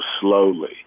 slowly